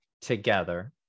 together